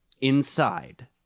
Inside